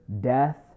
death